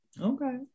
Okay